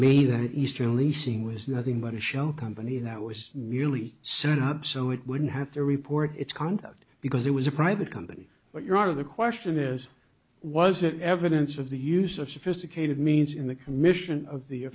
me that easter leasing was nothing but a show company that was merely set up so it wouldn't have to report its conduct because it was a private company but your out of the question is was it evidence of the use of sophisticated means in the commission of the